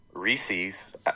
Reese's